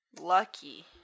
Lucky